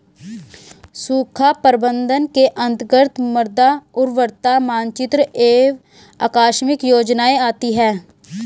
सूखा प्रबंधन के अंतर्गत मृदा उर्वरता मानचित्र एवं आकस्मिक योजनाएं आती है